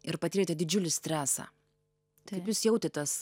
ir patirti didžiulį stresą tai ar jūs jautėt tuos